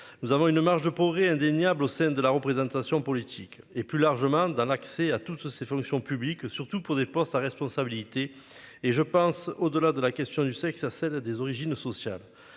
Nous avons une marge de progrès indéniable au sein de la représentation politique et plus largement dans l'accès à toutes ses fonctions publiques, surtout pour des postes à responsabilité et je pense au-delà de la question du sexe à celle des origines sociales.